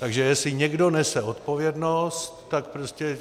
Takže jestli někdo nese odpovědnost, tak prostě